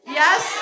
yes